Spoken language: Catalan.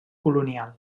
colonial